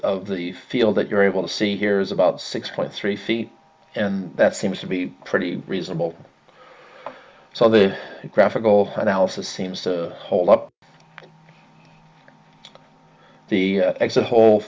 of the field that you're able to see here is about six point three feet and that seems to be pretty reasonable so the graphical analysis seems to hold up the